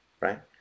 right